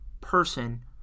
person